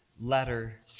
letter